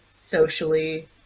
socially